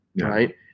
right